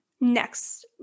Next